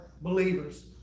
believers